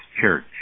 church